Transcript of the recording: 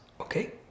Okay